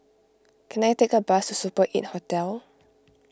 can I take a bus to Super eight Hotel